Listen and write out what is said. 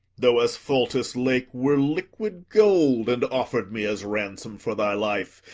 though asphaltis' lake were liquid gold, and offer'd me as ransom for thy life,